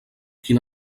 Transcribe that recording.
quin